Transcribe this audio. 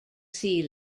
sea